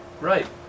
Right